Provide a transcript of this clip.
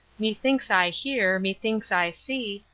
methinks i hear, methinks i see,